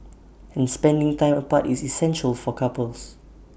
and spending time apart is essential for couples